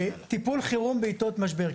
טיפול חירום בעתות משבר,